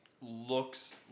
looks